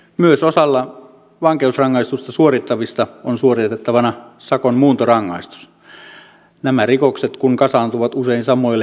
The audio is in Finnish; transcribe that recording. myös osalla vankeusrangaistusta suorittavista on suoritettavanaan sakon muuntorangaistus nämä rikokset kun kasaantuvat usein samoille henkilöille